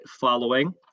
following